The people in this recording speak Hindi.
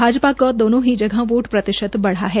भाजपा का दोनों ही जगह वोट प्रतिशत बढ़ा है